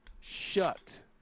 shut